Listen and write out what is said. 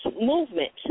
movement